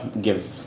give